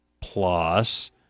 plus